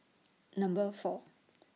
Number four